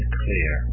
clear